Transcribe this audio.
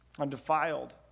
undefiled